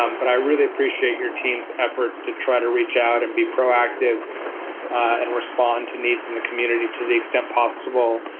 um but i really appreciate your team's efforts to try to reach out and be proactive and respond to needs in the community to the extent possible.